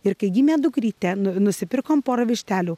ir kai gimė dukrytė nu nusipirkom porą vištelių